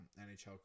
NHL